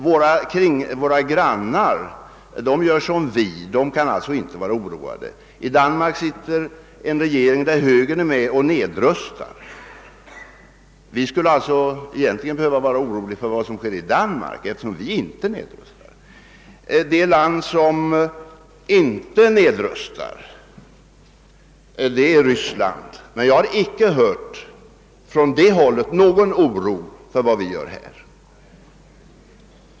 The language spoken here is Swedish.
Våra grannar gör som vi, de kan alltså inte vara oroade. I Danmark sitter en regering i vilken högern är med och nedrustar. Vi skulle alltså egentligen behöva vara oroliga för vad som sker i Danmark eftersom vi inte nedrustar. Ett land som inte nedrustar är Ryssland, men jag har icke från det hållet hört någon oro för vad vi gör här.